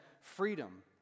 freedom